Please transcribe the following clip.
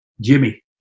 Jimmy